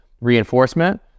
reinforcement